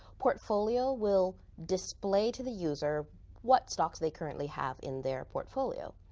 portfolio will display to the user what stocks they currently have in their portfolio.